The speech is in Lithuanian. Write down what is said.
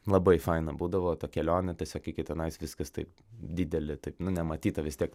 labai faina būdavo ta kelionė tiesiog iki tenais viskas taip didelė taip nu nematyta vis tiek